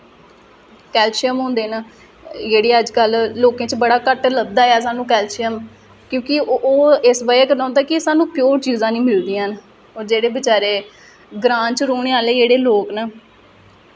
calcium होंदे न जेह्ड़े अज्ज कल लोकें च बड़ा घट्ट लभदा ऐ सानूं कैल्शियम क्योंकि ओह् इस बजह् कन्नै होंदा कि सानूं प्योर चीज़ां निं मिलदियां हैन जेह्ड़े बचैरे ग्रांऽ च रौह्ने आह्ले जेह्ड़े लोग न